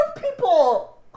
people